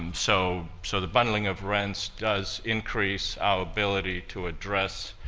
and so so the bundling of rents does increase our ability to address